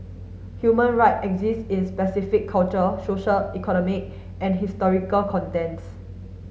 human right exist in specific cultural social economic and historical contents